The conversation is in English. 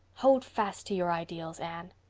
hold fast to your ideals, anne.